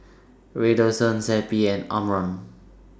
Redoxon Zappy and Omron